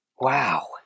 Wow